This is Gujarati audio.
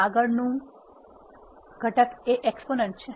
આગળનું ઘટક એ એક્સપોનેન્ટ છે